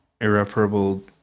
irreparable